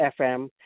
FM